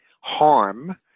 harm